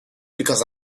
because